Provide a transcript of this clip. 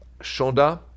Shonda